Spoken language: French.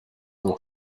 ont